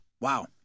Wow